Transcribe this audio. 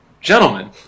Gentlemen